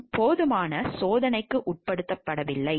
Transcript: மற்றும் போதுமான சோதனைக்கு உட்படுத்தப்படவில்லை